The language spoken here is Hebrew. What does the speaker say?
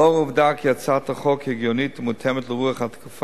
לאור העובדה כי הצעת החוק הגיונית ומותאמת לרוח התקופה,